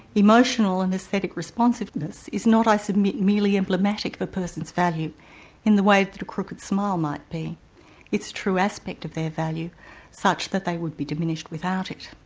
emotional and aesthetic responsiveness is not i submit, merely emblematic of a person's value in the way that a crooked smile might be its true aspect of their value such that they would be diminished without it.